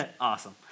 Awesome